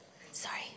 Sorry